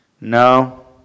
No